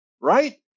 right